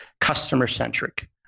customer-centric